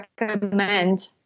recommend